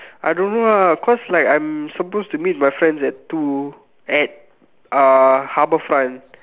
I don't know ah cause like I'm suppose to meet my friends at two at uh Habourfront